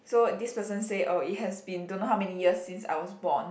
so this person say oh it has been don't know how many years since I was born